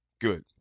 Good